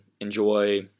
enjoy